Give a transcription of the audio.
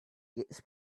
gets